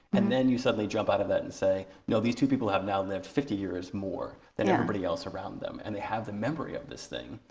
and then you suddenly jump out of that and say, no, these two people have now lived fifty years more than everybody else around them and they have the memory of this thing.